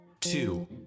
two